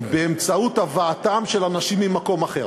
באמצעות הבאתם של אנשים ממקום אחר.